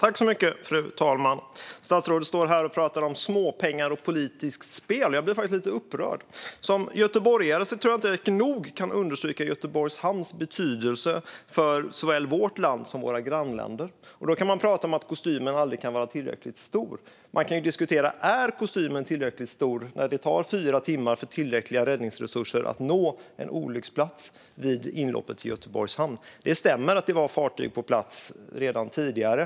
Fru talman! Statsrådet står här och pratar om småpengar och politiskt spel. Jag blir faktiskt lite upprörd. Som göteborgare kan jag inte nog understryka Göteborgs hamns betydelse för såväl vårt land som våra grannländer. Man kan prata om att kostymen aldrig kan vara tillräckligt stor. Det går dock att diskutera om kostymen är tillräckligt stor när det tar fyra timmar för tillräckliga räddningsresurser att nå en olycksplats vid inloppet till Göteborgs hamn. Det stämmer att det fanns fartyg på plats redan tidigare.